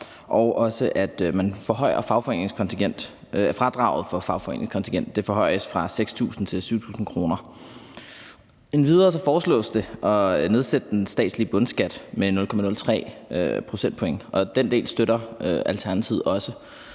det forhøjes fra 6.000 til 7.000 kr. Endvidere foreslås det at nedsætte den statslige bundskat med 0,03 procentpoint, og den del støtter Alternativet også.